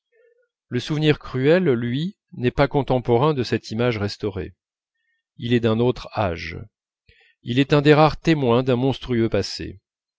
le souvenir cruel lui n'est pas contemporain de cette image restaurée il est d'un autre âge il est un des rares témoins d'un monstrueux passé